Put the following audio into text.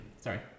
Sorry